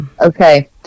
Okay